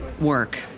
work